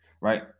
right